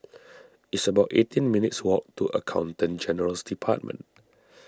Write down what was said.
it's about eighteen minutes' walk to Accountant General's Department